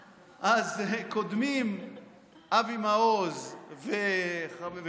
אז קודמים אבי מעוז ומקלב,